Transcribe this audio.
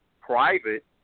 private